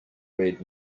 red